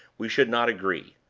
we should not agree.